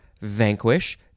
vanquish